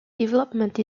development